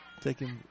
Taking